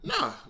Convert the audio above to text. Nah